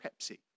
Pepsi